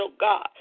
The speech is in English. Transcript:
God